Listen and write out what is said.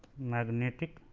magnetic